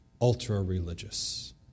ultra-religious